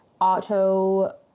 Auto